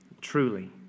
truly